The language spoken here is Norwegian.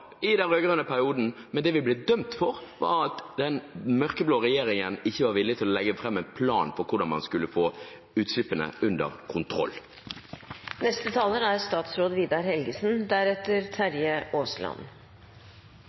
i den rød-grønne perioden, men det man ble dømt for, var at den mørkeblå regjeringen ikke var villig til å legge fram en plan for hvordan man skulle få utslippene under